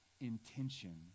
intention